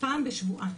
פעם בשבועיים.